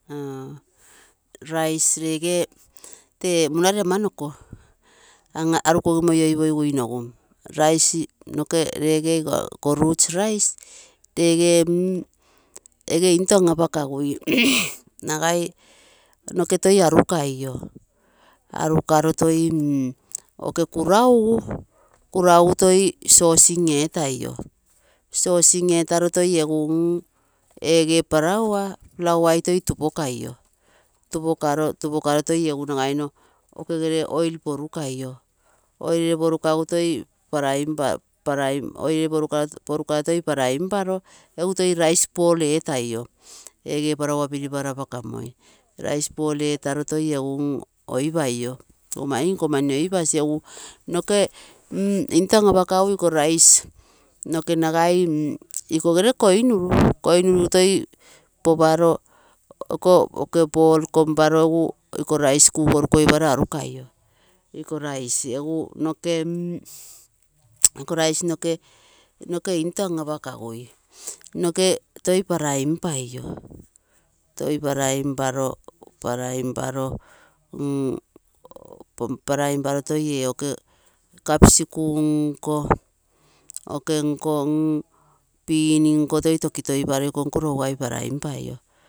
Rice, reege tee munare ama noko, aruke gimo oioippogiguinogu, rice ree noke iko roots rice, reege ege into anapakagui nagai noke toi arukai, arukaro toi kuraugu, kuraugu toi saucing etaioi, saucing etaro, toi egu ege flour toi tupokai, tupokaro toi egu oil ere porukai, oil ere porukagu toi frying etai, egu toi rice ball etai ege flour piriparo apakamoi, rice ball etaro toi mm oiparo, iko maigim iko mani oipasi, noke nagai into apakagui noke nagai ikogere koinuru, toi paparo iko ball komparo egu iko rice kuu porukoiparo arukai, egu noke mm iko rice noke into anapakagui, noke toi frying, frying etaro, toi ee cabsicum omi porukoipai, bean nko tokitoiparo toirousai paraimpai.